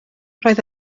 roedd